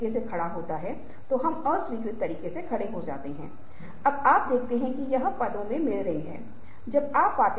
तो यह कैसे है कि हम महत्वपूर्ण जानकारी को फ़िल्टर करने के लिए रणनीतिक रूप से अपने दिमाग का उपयोग करते हैं